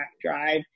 drive